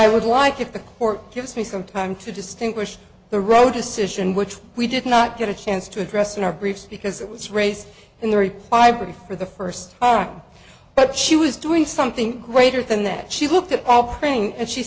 would like if the court gives me some time to distinguish the road decision which we did not get a chance to address in our briefs because it was raised in the reply brief for the first time that she was doing something greater than that she looked at all praying and she